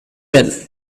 well